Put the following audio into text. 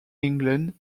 england